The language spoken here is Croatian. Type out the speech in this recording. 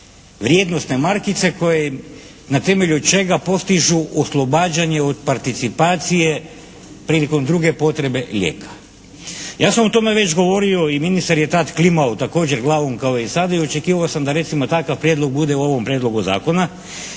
vrijednosne markice koje na temelju čega postižu oslobađanje od participacije prilikom druge potrebe lijeka. Ja sam o tome već govorio i ministar je tad klimao također glavom kao i sad i očekivao sam da recimo takav prijedlog bude u ovom Prijedlogu zakona,